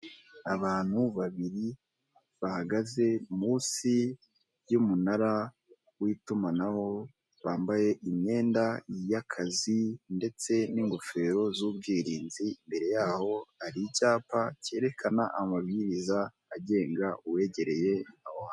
Abantu babiri bahagaze munsi y'umunara w'itumanaho, bambaye imyenda y'akazi ndetse n'gofero z'ubwirinzi, imbere yaho hari icyapa cyerekana amabwiriza agenga uwegereye.